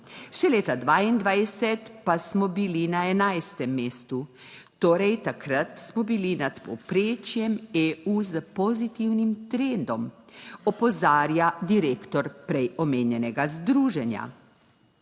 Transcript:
še leta 2022 pa smo bili na 11. mestu, torej takrat smo bili nad povprečjem EU s pozitivnim trendom, opozarja direktor prej omenjenega združenja.